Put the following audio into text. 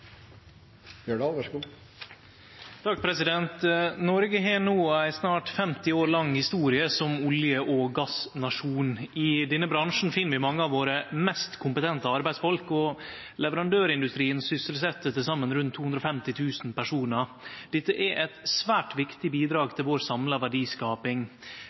har no ei snart 50 år lang historie som olje- og gassnasjon. I denne bransjen finn vi mange av dei mest kompetente arbeidsfolka våre, og leverandørindustrien sysselset til saman rundt 250 000 personar. Dette er eit svært viktig bidrag til den samla